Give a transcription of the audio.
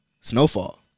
Snowfall